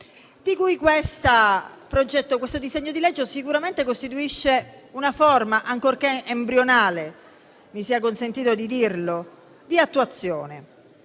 sanciti. Questo disegno di legge sicuramente costituisce una forma, ancorché embrionale (mi sia consentito dirlo), di attuazione